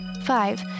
five